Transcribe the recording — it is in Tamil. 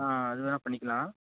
ஆ அது வேணாம் பண்ணிக்கலாம்